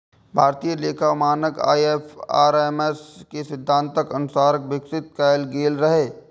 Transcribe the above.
भारतीय लेखा मानक आई.एफ.आर.एस के सिद्धांतक अनुसार विकसित कैल गेल रहै